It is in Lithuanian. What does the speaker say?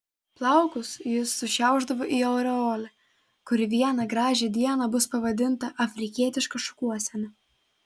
plaukus jis sušiaušdavo į aureolę kuri vieną gražią dieną bus pavadinta afrikietiška šukuosena